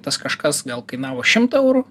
tas kažkas gal kainavo šimtą eurų